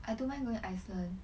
I don't mind going to iceland